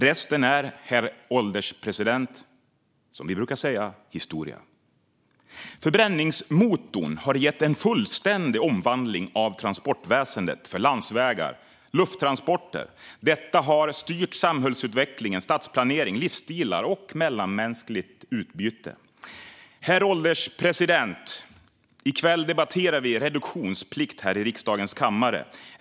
Resten är, herr ålderspresident, som vi brukar säga, historia. Förbränningsmotorn har gett en fullständig omvandling av transportväsendet för landsvägs och lufttransporter. Detta har styrt samhällsutveckling, stadsplanering, livsstilar och mellanmänskligt utbyte. Herr ålderspresident! I kväll debatterar vi reduktionsplikt här i riksdagens kammare.